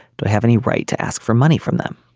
do i have any right to ask for money from them.